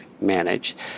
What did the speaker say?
managed